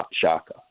Shaka